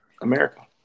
America